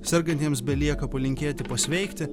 sergantiems belieka palinkėti pasveikti